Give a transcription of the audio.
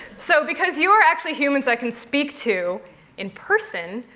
so because you are actually humans i can speak to in person,